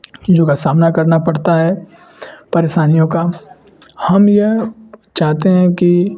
चीज़ों का सामना करना पड़ता है परेशानियों का हम यह चाहते हैं कि